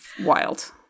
wild